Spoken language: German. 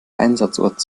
einsatzort